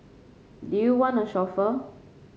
do you want a chauffeur